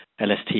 LST